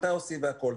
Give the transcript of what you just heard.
מתי עושים והכול.